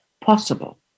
possible